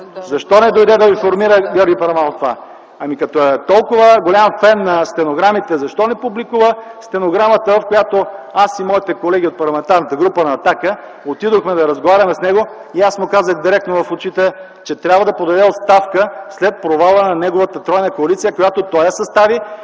не дойде да информира това? Ами като е толкова голям фен на стенограмите, защо не публикува стенограмата, в която аз и моите колеги от Парламентарната група на „Атака” отидохме да разговаряме с него? Аз му казах директно в очите, че трябва да подаде оставка след провала на неговата тройна коалиция, която той състави,